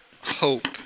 hope